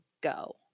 go